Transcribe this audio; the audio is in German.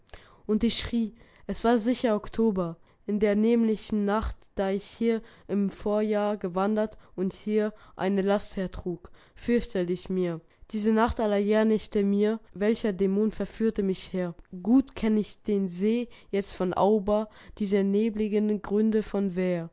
und ich schrie es war sicher oktober in der nämlichen nacht da ich hier im vorjahr gewandert und hier eine last hertrug fürchterlich mir diese nacht aller jahrnächte mir welcher dämon verführte mich hier gut kenn ich den see jetzt von auber diese nebligen gründe von weir